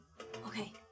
Okay